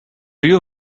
you